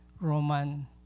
Roman